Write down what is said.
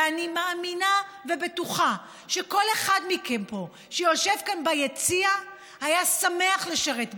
ואני מאמינה ובטוחה שכל אחד מכם פה שיושב כאן ביציע היה שמח לשרת בצבא,